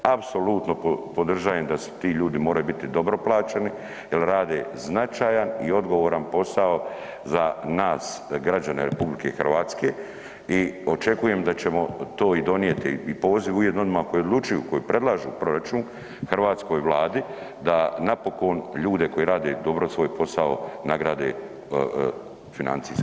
Apsolutno podržavam da se ti ljudi moraju biti dobro plaćeni jer rade značajan i odgovoran posao za nas građane RH i očekujem da ćemo to i donijeti i poziv ujedno onima koji odlučuju, koji predlažu proračun hrvatskoj Vladi, da napokon ljude koji rade dobro svoj posao, nagrade financijski plaćom.